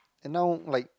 and now like